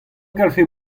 garfe